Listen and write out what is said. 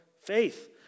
faith